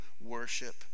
worship